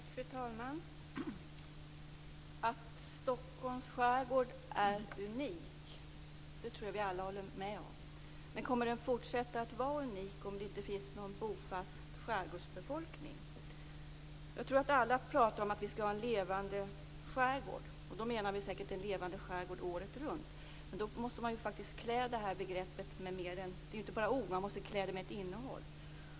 Fru talman! Att Stockholms skärgård är unik tror jag att vi alla håller med om. Men kommer den att fortsätta att vara unik om det inte finns någon bofast skärgårdsbefolkning? Jag tror att vi alla talar om att vi skall ha en levande skärgård och då menar vi säkert en levande skärgård året runt. I så fall går det inte att bara klä det här begreppet med ord, utan det behövs också ett innehåll.